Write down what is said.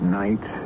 night